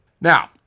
Now